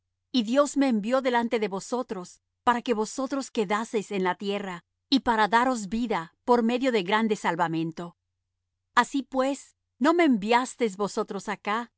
y dios me envió delante de vosotros para que vosotros quedaseis en la tierra y para daros vida por medio de grande salvamento así pues no me enviasteis vosotros acá